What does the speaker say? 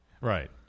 Right